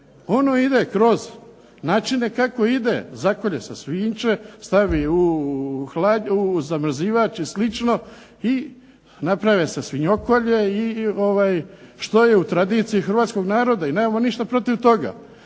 Ono ide kroz načine kako ide, zakolje se svinjče, stavi u zamrzivač i slično i naprave se svinjokolje što je u tradiciji Hrvatskog naroda i nemamo ništa protiv toga.